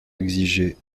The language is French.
exiger